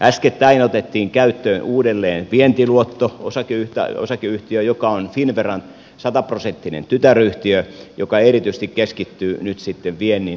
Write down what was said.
äskettäin otettiin käyttöön uudelleen vientiluotto osakeyhtiö joka on finnveran sataprosenttinen tytäryhtiö joka erityisesti keskittyy nyt sitten viennin jälleenrahoitukseen